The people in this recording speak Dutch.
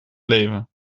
leven